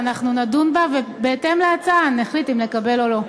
אנחנו נדון בה, ובהתאם להצעה נחליט אם לקבל או לא.